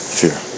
fear